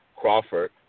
Crawford